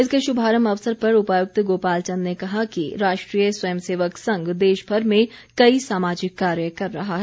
इसके शुभारम्भ अवसर पर उपायुक्त गोपाल चंद ने कहा कि राष्ट्रीय स्वयं सेवक संघ देशभर में कई सामाजिक कार्य कर रहा है